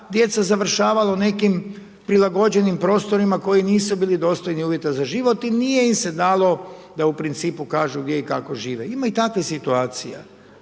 djeca završavala u nekim prilagođenim prostorima koji nisu bili dostojni uvjeta za život i nije im se dalo da u principu kažu gdje i kako žive. Ima i takvih situacija.